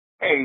Hey